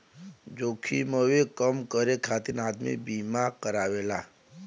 जोखिमवे कम करे खातिर आदमी बीमा करावेला